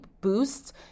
boosts